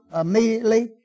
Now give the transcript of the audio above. immediately